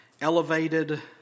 elevated